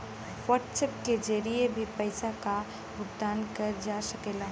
WhatsApp के जरिए भी पइसा क भुगतान करल जा सकला